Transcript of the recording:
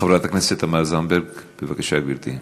חברת הכנסת תמר זנדברג, בבקשה, גברתי.